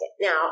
Now